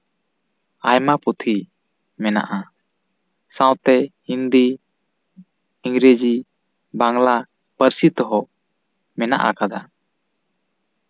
ᱟᱭᱢᱟ ᱯᱩᱛᱷᱤ ᱢᱮᱱᱟᱜᱼᱟ ᱥᱟᱶᱛᱮ ᱦᱤᱱᱫᱤ ᱤᱝᱨᱮᱹᱡᱤ ᱵᱟᱝᱞᱟ ᱯᱟᱹᱨᱥᱤ ᱛᱮᱦᱚᱸ ᱢᱮᱱᱟᱜ ᱟᱠᱟᱫᱟ